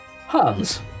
Hans